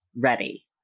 ready